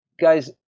guys